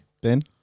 Ben